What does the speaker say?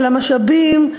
של המשאבים,